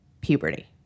puberty